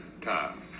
time